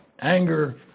anger